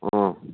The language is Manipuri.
ꯑꯣ